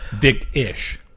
Dick-ish